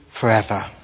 Forever